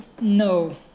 no